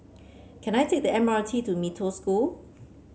can I take the M R T to Mee Toh School